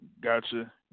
Gotcha